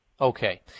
Okay